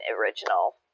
original